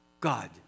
God